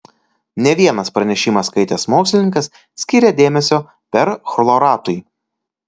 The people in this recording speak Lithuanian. ne vienas pranešimą skaitęs mokslininkas skyrė dėmesio perchloratui